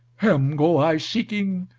him go i seeking,